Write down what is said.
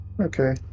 okay